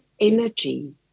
energy